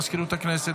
מזכירות הכנסת,